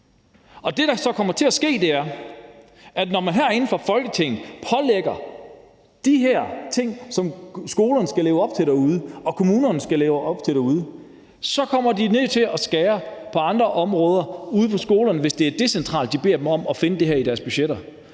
når man herinde fra Folketinget pålægger skolerne de her ting, som de skal leve op til derude, og som kommunerne skal leve op til derude, så kommer de til at blive nødt til at skære på andre områder ude på skolerne, hvis det er decentralt, de beder dem om at finde det her i deres budgetter,